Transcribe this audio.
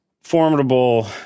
formidable